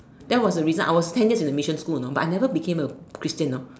that was a reason I was ten years in mission school you know but I never became a Christian